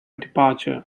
departure